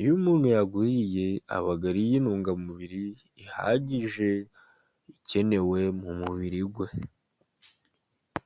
iyo umuntu yawuriye aba ariye itungamubiri ihagije, ikenewe mu mubiri we.